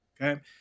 okay